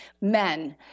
men